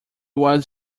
was